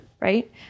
right